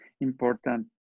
important